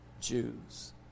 Jews